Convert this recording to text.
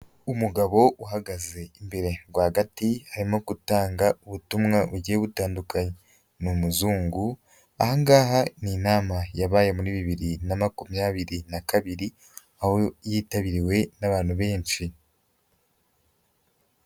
Umugabo uhagaze imbere rwagati arimo gutanga ubutumwa bugiye butandukanye, ni umuzungu. Aha ngaha ni inama yabaye muri bibiri na makumyabiri na kabiri aho yitabiriwe n'abantu benshi.